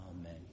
Amen